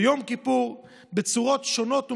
ביום כיפור, בצורות שונות ומשונות,